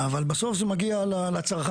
אבל בסוף זה מגיע לצרכן.